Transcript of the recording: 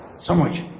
so much.